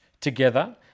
together